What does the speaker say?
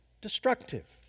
destructive